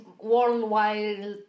worldwide